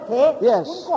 Yes